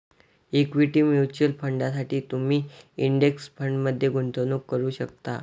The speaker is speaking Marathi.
इक्विटी म्युच्युअल फंडांसाठी तुम्ही इंडेक्स फंडमध्ये गुंतवणूक करू शकता